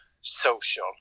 social